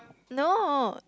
no